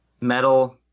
Metal